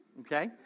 okay